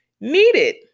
needed